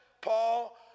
Paul